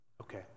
Okay